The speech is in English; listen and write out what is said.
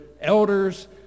elders